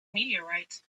meteorites